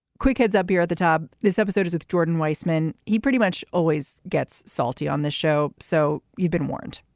quick heads up, you're at the top. this episode is with jordan weisman. he pretty much always gets salty on the show. so you've been warned